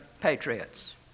patriots